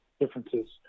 differences